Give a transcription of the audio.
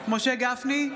משה גפני,